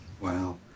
Wow